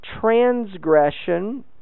transgression